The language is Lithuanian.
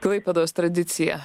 klaipėdos tradicija